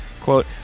Quote